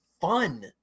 fun